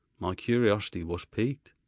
my curiosity was piqued,